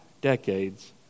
decades